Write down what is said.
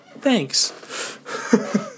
Thanks